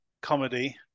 comedy